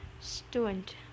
Student